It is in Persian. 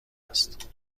است